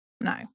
no